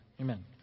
Amen